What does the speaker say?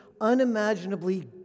unimaginably